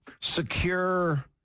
secure